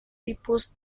tipos